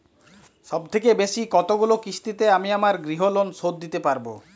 সবথেকে বেশী কতগুলো কিস্তিতে আমি আমার গৃহলোন শোধ দিতে পারব?